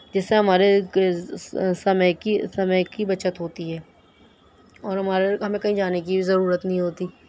جس سے ہمارے سمے کی سمے کی بچت ہوتی ہے اور ہمارے ہمیں کہیں جانے کی بھی ضرورت نہیں ہوتی